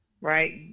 Right